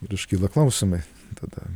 ir iškyla klausimai tada